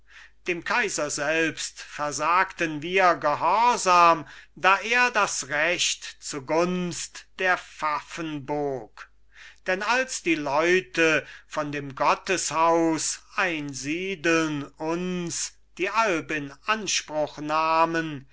dem kaiser selbst versagten wir gehorsam da er das recht zugunst der pfaffen bog denn als die leute von dem gotteshaus einsiedeln uns die alp in anspruch nahmen